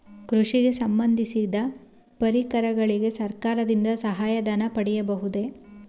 ಕೃಷಿಗೆ ಸಂಬಂದಿಸಿದ ಪರಿಕರಗಳಿಗೆ ಸರ್ಕಾರದಿಂದ ಸಹಾಯ ಧನ ಪಡೆಯಬಹುದೇ?